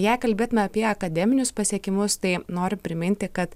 jei kalbėtume apie akademinius pasiekimus tai noriu priminti kad